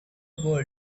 world